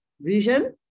vision